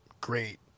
great